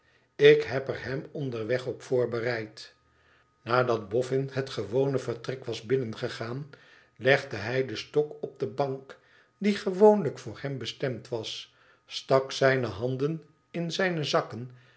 ik heb er hem onderweg op voorbereid nadat boffin het gewone vertrek was binnengegaan legde hij den stok op de bank die gewoonlijk voor hem bestemd was stak zijne handen in zijne zakken